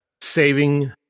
saving